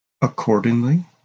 Accordingly